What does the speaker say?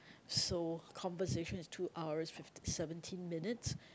so conversation is two hours fifty seventeen minutes